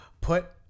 put